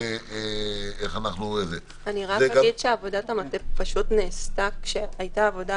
כי כמו שהסביר פה חגי מויאל,